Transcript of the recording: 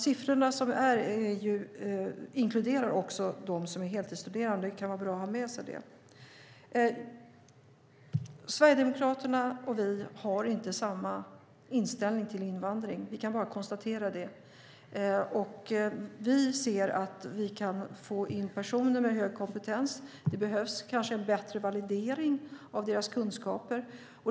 Siffrorna inkluderar alltså också heltidsstuderande, vilket kan vara bra att ha med sig. Sverigedemokraterna och vi har inte samma inställning till invandring. Vi kan bara konstatera det. Vi ser att vi kan få in personer med hög kompetens. Det behövs kanske en bättre validering av deras kunskaper.